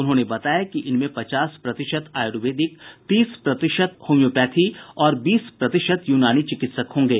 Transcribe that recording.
उन्होंने बताया कि इनमें पचास प्रतिशत आयुर्वेदिक तीस प्रतिशत होमियोपैथी और बीस प्रतिशत यूनानी चिकित्सक होंगे